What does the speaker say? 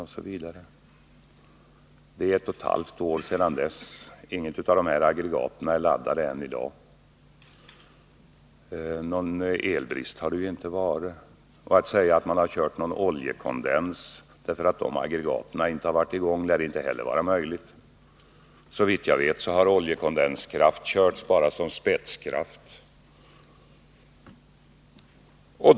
Det är nu ett och ett halvt år sedan dess. Inget av dessa aggregat är laddade än i dag. Någon elbrist har inte förekommit. Att säga att man har kört någon oljekondens, därför att dessa aggregat inte har varit i gång, lär inte heller vara möjligt. Såvitt jag vet har oljekondens körts bara såsom spetskraft.